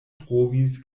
trovis